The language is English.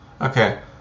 Okay